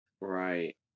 right